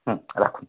হুম রাখুন